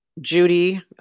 Judy